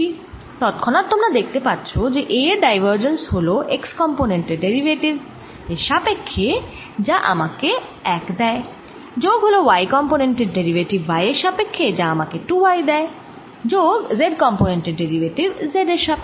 তৎক্ষণাৎ তোমরা দেখতে পাচ্ছ যে A এর ডাইভারজেন্স হল x কম্পোনেন্ট এর ডেরিভেটিভ x এর সাপক্ষ্যে যা আমাকে 1 দেয় যোগ হল y কম্পোনেন্ট এর ডেরিভেটিভ y এর সাপক্ষ্যে যা আমাকে 2 y দেয় যোগ z কম্পোনেন্ট এর ডেরিভেটিভ z এর সাপক্ষ্যে